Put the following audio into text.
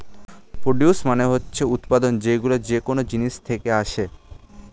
produce মানে হচ্ছে উৎপাদন, যেইগুলো যেকোন জিনিস থেকে আসে